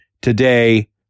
today